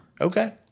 Okay